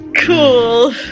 cool